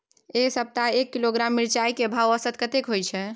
ऐ सप्ताह एक किलोग्राम मिर्चाय के भाव औसत कतेक होय छै?